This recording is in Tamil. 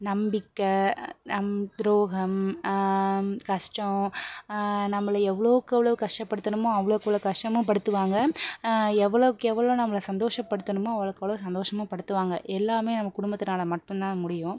நம்பிக்கை நம் துரோகம் கஷ்டம் நம்மள எவ்வளோக்கு எவ்வளோ கஷ்டப்படுத்தணுமோ அவ்வளோக்கு அவ்வளோ கஷ்டமும் படுத்துவாங்க எவ்வளோக்கு எவ்வளோ நம்பள சந்தோஷப்படுத்தணுமோ அவ்வளோக்கு அவ்வளோ சந்தோஷமும் படுத்துவாங்க எல்லாமே நம்ம குடும்பத்தினால் மட்டுந்தான் முடியும்